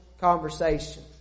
conversation